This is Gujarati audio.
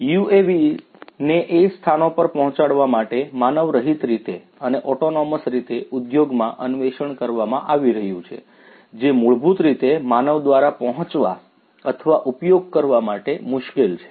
UAVs ને એ સ્થાનો પર પહોંચડવા માટે માનવરહિત રીતે અને ઓટોનોમસ રીતે ઉદ્યોગમાં અન્વેષણ કરવામાં આવી રહ્યું છે જે મૂળભૂત રીતે માનવ દ્વારા પહોંચવા અથવા ઉપયોગ કરવા માટે મુશ્કેલ છે